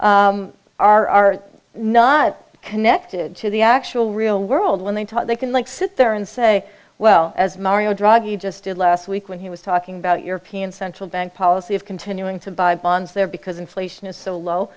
bankers are not connected to the actual real world when they talk they can like sit there and say well as mario draghi just did last week when he was talking about european central bank policy of continuing to buy bonds there because inflation is so